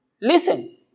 listen